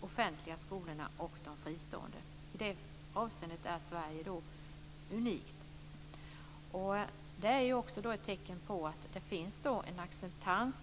offentliga skolorna och de fristående. I det avseendet är Sverige unikt. Det är också ett tecken på att det finns en acceptans.